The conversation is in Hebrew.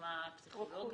לדוגמה פסיכולוגים.